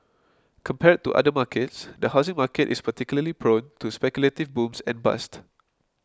compared to other markets the housing market is particularly prone to speculative booms and bust